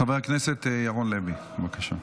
חבר הכנסת ירון לוי, בבקשה.